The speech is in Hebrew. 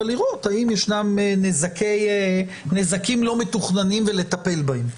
ולראות האם ישנם נזקים לא מתוכננים ולטפל בהם.